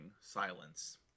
silence